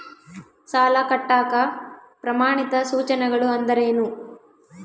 ಸಾಲ ಕಟ್ಟಾಕ ಪ್ರಮಾಣಿತ ಸೂಚನೆಗಳು ಅಂದರೇನು?